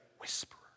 whisperer